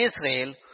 Israel